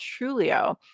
Trulio